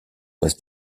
was